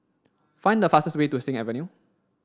find the fastest way to Sing Avenue